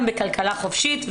בכלכלה חופשית,